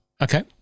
okay